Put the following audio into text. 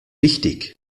wichtig